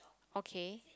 okay